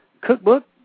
cookbook